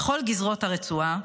בכל גזרות הרצועה,